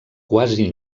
quasi